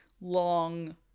long